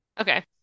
Okay